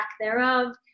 thereof